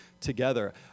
together